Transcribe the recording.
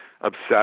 obsessed